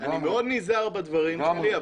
אני מאוד נזהר בדברים שלי,